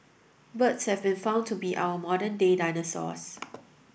birds have been found to be our modern day dinosaurs